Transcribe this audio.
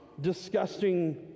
disgusting